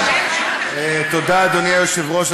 תודה, אדוני היושב-ראש.